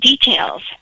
details